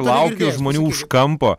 laukiu žmonių už kampo